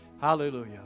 Hallelujah